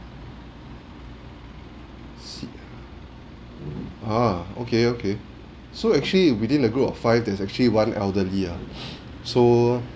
ah okay okay so actually within a group of five there's actually one elderly ah so